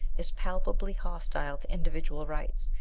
is palpably hostile to individual rights,